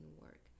work